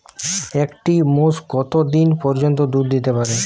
একটি মোষ কত দিন পর্যন্ত দুধ দিতে পারে?